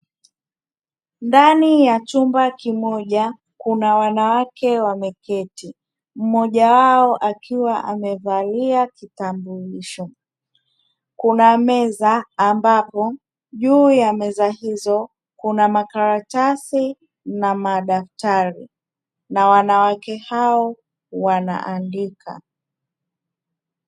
Ndani ya chumba kimoja, kuna wanawake wameketi, mmoja wao akiwa amevalia kitambulisho; juu ya meza hizo kuna makaratasi na madaftari, na wanawake hao wakiwa wanaandika.